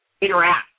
interact